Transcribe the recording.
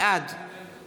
בעד